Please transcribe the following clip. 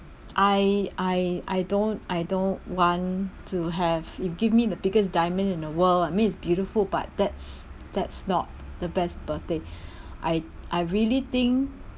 I I I don't I don't want to have if give me the biggest diamond in the world I mean it's beautiful but that's that's not the best birthday I I really think